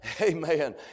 Amen